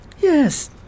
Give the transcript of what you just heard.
Yes